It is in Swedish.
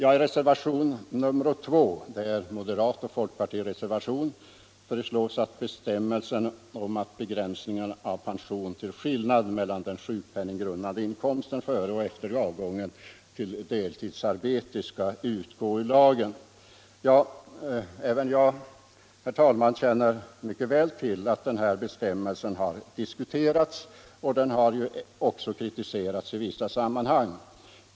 I reservationen 2 — det är en moderatoch folkpartireservation — föreslås att bestämmelsen om att begränsningen av pensionen till skillnaden mellan den sjukpenninggrundande inkomsten före och efter övergången till deltidsarbete skall utgå ur lagen. Även jag, herr talman, känner väl till att den här bestämmelsen har diskuterats och även kritiserats i vissa sammanhang.